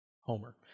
Homer